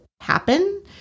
happen